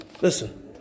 Listen